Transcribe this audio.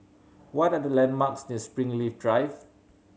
what are the landmarks near Springleaf Drive